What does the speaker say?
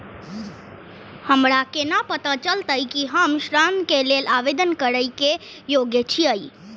हमरा केना पता चलतई कि हम ऋण के लेल आवेदन करय के योग्य छियै?